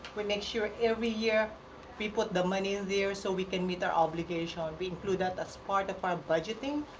we make sure every year we put the money in there so we can meet our obligation. and we include that as part of our budgeting.